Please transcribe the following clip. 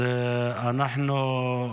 אנחנו,